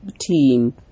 team